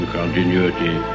continuity